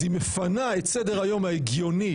היא מפנה את סדר-היום ההגיוני,